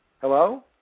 Hello